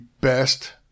best